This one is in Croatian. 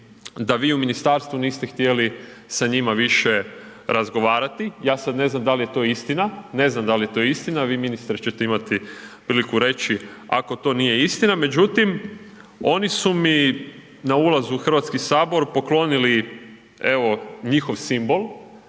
da vi u ministarstvu niste htjeli sa njima više razgovarati. Ja sad to ne znam da li je to istina, ne znam da li je to istina, vi, ministre, ćete imati priliku reći ako to nije istina. Međutim, oni su mi na ulazu u HS poklonili, evo, njihov simbol,